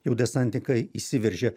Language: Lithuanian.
jau desantininkai įsiveržė